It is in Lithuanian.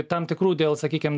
tam tikrų dėl sakykim